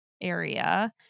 area